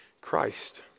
Christ